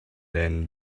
than